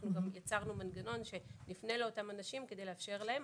אנחנו גם יצרנו מנגנון שנפנה לאותם אנשים כדי לאפשר להם.